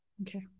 Okay